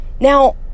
Now